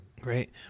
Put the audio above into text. great